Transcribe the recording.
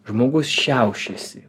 žmogus šiaušiasi